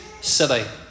city